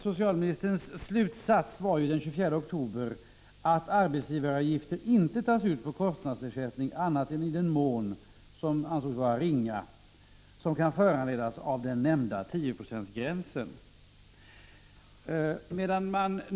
Socialministerns slutsats den 24 oktober var ”att arbetsgivaravgifter inte tas ut på kostnadsersättning annat än i den mycket ringa mån som kan föranledas av den nämnda tioprocentsgränsen”.